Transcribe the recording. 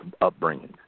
upbringing